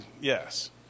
yes